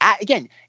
again